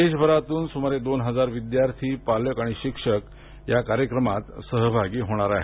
देशभरातून सुमारे दोन हजार विद्यार्थी पालक शिक्षक या कार्यक्रमात सहभागी होणार आहेत